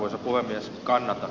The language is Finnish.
voi myös kanada